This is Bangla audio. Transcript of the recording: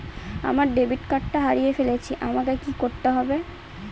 আমার ডেবিট কার্ডটা হারিয়ে ফেলেছি আমাকে কি করতে হবে?